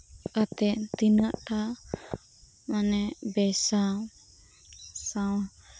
ᱟᱛᱮ ᱛᱤᱱᱟᱴᱟ ᱵᱮᱥᱟ ᱥᱟᱶ